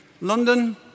London